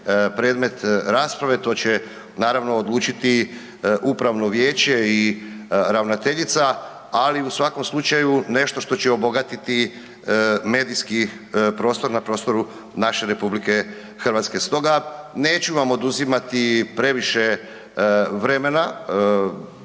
predmet rasprave, to će naravno odlučiti upravno vijeće i ravnateljica, ali u svakom slučaju nešto što će obogatiti medijski prostor na prostoru naše RH. Stoga neću vam oduzimati previše vremena.